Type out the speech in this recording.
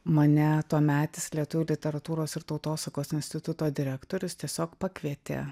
mane tuometis lietuvių literatūros ir tautosakos instituto direktorius tiesiog pakvietė